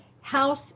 House